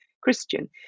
Christian